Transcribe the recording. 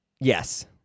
Yes